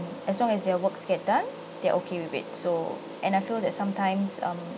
as long as their works get done they're okay with it so and I feel that sometimes um